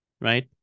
Right